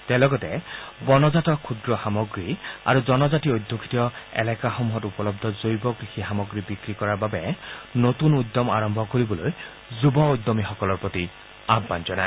তেওঁ লগতে বনজাত ক্ষুদ্ৰ সামগ্ৰী আৰু জনজাতি অধ্যুষিত এলেকাসমূহত উপলব্ধ জৈৱ কৃষি সামগ্ৰী বিক্ৰী কৰাৰ বাবে নতুন উদ্যম আৰম্ভ কৰিবলৈ যুৱ উদ্যমীসকলৰ প্ৰতি আহান জনায়